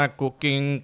cooking